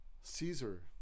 Caesar